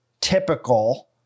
typical